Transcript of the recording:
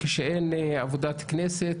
כשאין עבודת כנסת